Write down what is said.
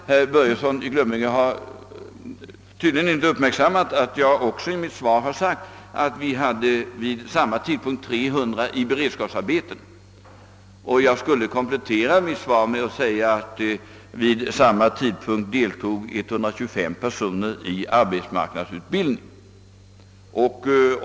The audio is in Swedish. Herr Börjesson i Glömminge har tydligen inte uppmärksammat att jag i mitt svar också har sagt att vid samma tidpunkt 300 personer var sysselsatta med beredskapsarbeten. Jag kan komplettera mitt svar med att säga att vid samma tidpunkt deltog 125 personer i arbetsmarknadsutbildning.